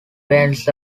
bends